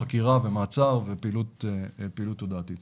חקירה ומעצר ופעילות תודעתית.